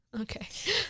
okay